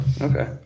Okay